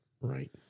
right